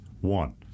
One